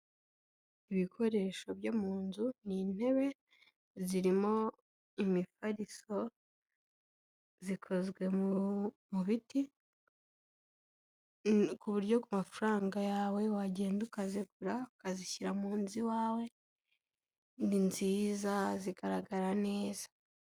Ibikoresho byo mu nzu n'intebe zirimo imifariso zikozwe mu biti, ku buryo ku mafaranga yawe wagenda ukazigura ukazishyira mu nzu iwawe, ni nziza zigaragara neza.